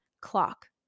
clock